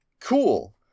cool